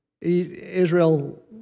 Israel